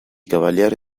cavalieri